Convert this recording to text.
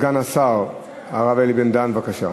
סגן השר הרב אלי בן-דהן, בבקשה.